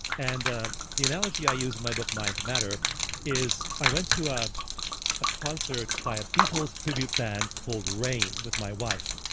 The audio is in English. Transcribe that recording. and ah the analogy i use in my book mind to matter is i went to ah a concert my a beatles tribute band called rain with my wife.